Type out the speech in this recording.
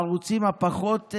הערוצים הפחות,